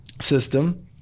system